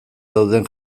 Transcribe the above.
dauden